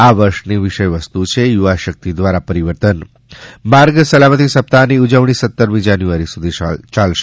આ ર્ષ ની વિષય વસ્તુ છે યુવા શક્તિ દૃવ્યરા પરીવર્તન માર્ગ સલામતી સપ્તાહ્ર ને ઉજવણી સત્તરમી જાન્યુઆરી સુધી ચાલશે